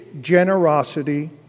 generosity